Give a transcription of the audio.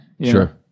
Sure